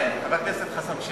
חבר הכנסת חסון,